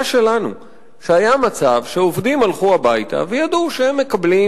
שהיה מצב שעובדים הלכו הביתה וידעו שהם מקבלים